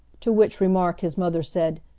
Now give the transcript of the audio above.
to which remark his mother said,